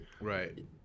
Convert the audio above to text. Right